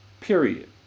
Period